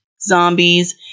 zombies